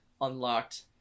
unlocked